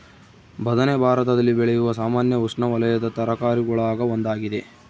ಬದನೆ ಭಾರತದಲ್ಲಿ ಬೆಳೆಯುವ ಸಾಮಾನ್ಯ ಉಷ್ಣವಲಯದ ತರಕಾರಿಗುಳಾಗ ಒಂದಾಗಿದೆ